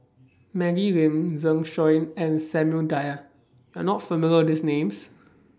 Maggie Lim Zeng Shouyin and Samuel Dyer YOU Are not familiar with These Names